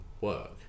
work